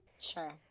Sure